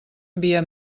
via